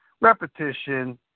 repetition